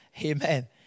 Amen